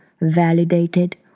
validated